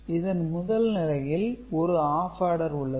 இதன் முதல் நிலையில் ஒரு ஆப் ஆடர் உள்ளது